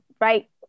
right